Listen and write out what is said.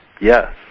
Yes